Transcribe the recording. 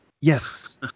yes